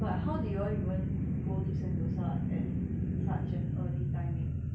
but how did you all even go to sentosa at such an early timing great but very ex ben said twenty five bucks